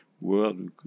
word